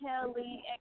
Kelly